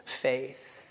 faith